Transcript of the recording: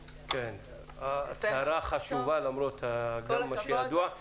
הצהרה חשובה, למרות מה שידוע.